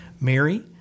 Mary